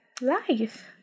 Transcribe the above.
life